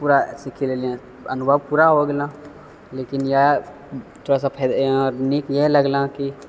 पूरा सीखि लेलीहँ अनुभव पूरा हो गेलँ लेकिन इएह थोड़ा सा फा ये नीक इएह लगलँ कि